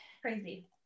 Crazy